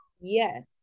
yes